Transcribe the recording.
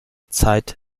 zeit